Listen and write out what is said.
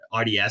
RDS